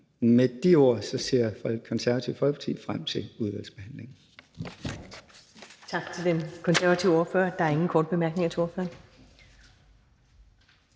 Med de ord ser Konservative Folkeparti frem til udvalgsbehandlingen.